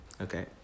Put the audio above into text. okay